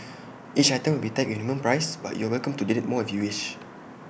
each item will be tagged with A minimum price but you're welcome to donate more if you wish